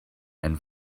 and